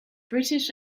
british